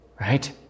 right